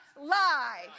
lie